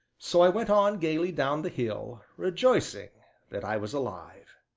so i went on gayly down the hill, rejoicing that i was alive.